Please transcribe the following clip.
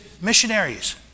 missionaries